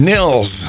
Nils